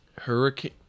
Hurricane